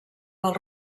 del